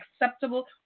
acceptable